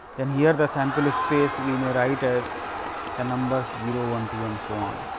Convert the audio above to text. and here the sample space we may write as the numbers zero, one, two, and so on.